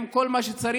עם כל מה שצריך.